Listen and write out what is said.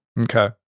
Okay